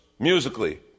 Musically